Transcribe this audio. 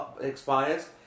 expires